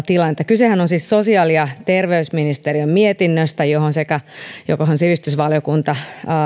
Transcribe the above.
tilannetta kysehän on siis sosiaali ja terveysministeriön mietinnöstä johon sivistysvaliokunta